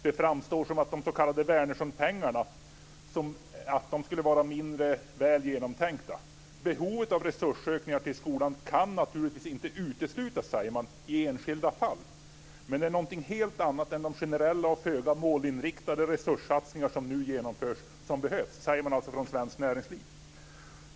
Det framstår som att de s.k. Wärnerssonpengarna skulle vara mindre väl genomtänkta. Behovet av ökade resurser till skolan kan naturligtvis inte uteslutas i enskilda fall, men det är någonting helt annat som behövs än de generella och föga målinriktade resurssatsningar som nu genomförs. Det säger man alltså från Svenskt Näringslivs sida.